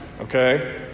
Okay